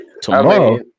Tomorrow